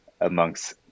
amongst